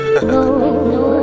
no